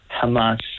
Hamas